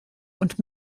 und